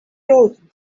wrote